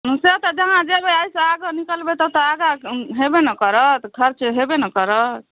से तऽ जहाँ जेबै एहिसँ आगाँ निकलबै तब तऽ आगाँ हेबे ने करत खर्च हेबे ने करत